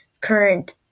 current